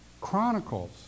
chronicles